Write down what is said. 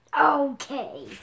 Okay